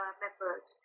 members